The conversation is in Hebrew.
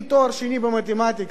עם תואר שני במתמטיקה,